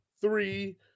three